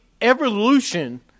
Evolution